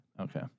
okay